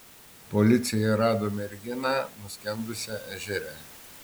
policija rado merginą nuskendusią ežere